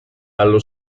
allo